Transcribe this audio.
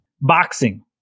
Boxing